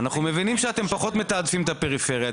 אנחנו מבינים שאתם פחות מתעדפים את הפריפריה,